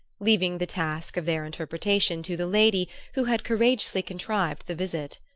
leaving the task of their interpretation to the lady who had courageously contrived the visit.